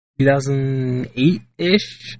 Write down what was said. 2008-ish